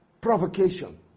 provocation